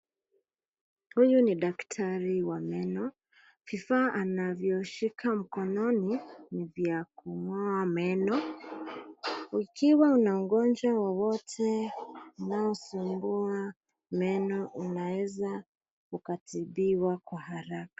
Huyu ni daktari wa meno. Vifaa anavyoshika mkononi ni vya kung'oa meno. Ukiwa na ugonjwa wowote unaosumbua meno, unaweza ukatibiwa kwa haraka.